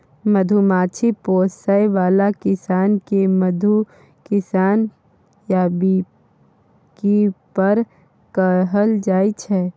मधुमाछी पोसय बला किसान केँ मधु किसान या बीकीपर कहल जाइ छै